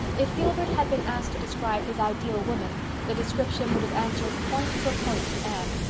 if gilbert had been asked to describe his ideal woman the description would have answered point for point to anne,